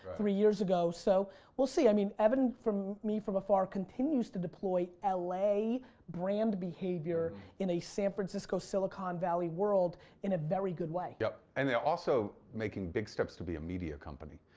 three years ago so we'll see. i mean evan, from me from afar, continues to deploy ah la brand behavior in a san francisco, silicon valley world in a very good way. yep and they also making big steps to be a media company.